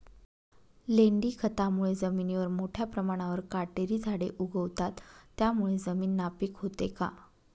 लेंडी खतामुळे जमिनीवर मोठ्या प्रमाणावर काटेरी झाडे उगवतात, त्यामुळे जमीन नापीक होते का?